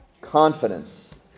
confidence